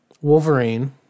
Wolverine